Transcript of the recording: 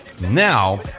Now